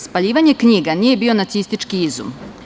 Spaljivanje knjiga nije bio nacistički izum.